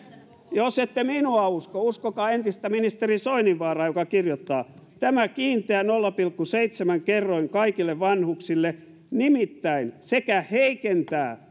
jos ette minua usko uskokaa entistä ministeriä soininvaaraa joka kirjoittaa tämä kiinteä nolla pilkku seitsemän kerroin kaikille vanhuksille nimittäin sekä heikentää